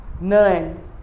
none